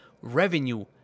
revenue